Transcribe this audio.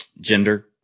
gender